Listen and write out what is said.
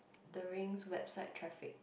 the rings website traffic